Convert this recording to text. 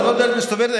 זה לא דלת מסתובבת.